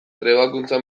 trebakuntza